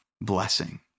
blessing